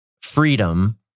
freedom